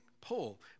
Paul